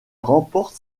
remporte